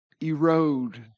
erode